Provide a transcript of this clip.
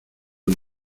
del